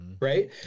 right